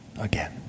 again